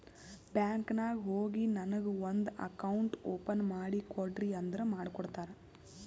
bank ನಾಗ್ ಹೋಗಿ ನನಗ ಒಂದ್ ಅಕೌಂಟ್ ಓಪನ್ ಮಾಡಿ ಕೊಡ್ರಿ ಅಂದುರ್ ಮಾಡ್ಕೊಡ್ತಾರ್